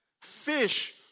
Fish